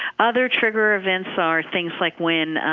other trigger events are things like when